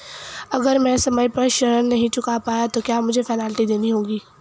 अगर मैं समय पर ऋण नहीं चुका पाया तो क्या मुझे पेनल्टी देनी होगी?